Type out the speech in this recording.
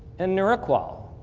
and neuro-qol.